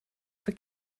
für